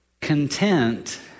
content